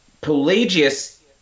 Pelagius